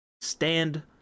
stand